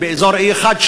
באזור E1,